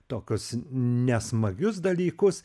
tokius nesmagius dalykus